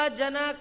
jana